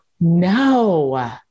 No